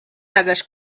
ازش